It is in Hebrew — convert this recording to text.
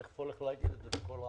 איך את מחשבת את זה?